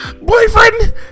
boyfriend